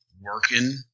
working